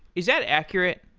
is that accurate?